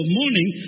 morning